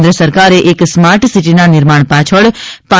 કેન્દ્ર સરકારે એક સ્માર્ટ સિટીના નિર્માણ પાછળ રૂ